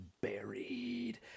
buried